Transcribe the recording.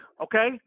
okay